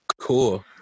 Cool